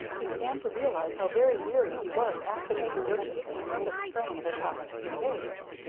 he began to realize how very weary he was after the exertions and nervous strain of the past three days.